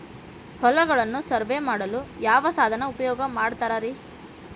ಹೊಲಗಳನ್ನು ಸರ್ವೇ ಮಾಡಲು ಯಾವ ಸಾಧನ ಉಪಯೋಗ ಮಾಡ್ತಾರ ರಿ?